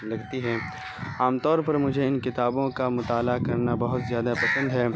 لگتی ہیں عام طور پر مجھے ان کتابوں کا مطالعہ کرنا بہت زیادہ پسند ہے